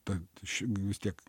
tad vis tiek